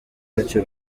bityo